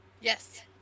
Yes